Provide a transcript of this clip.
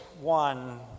one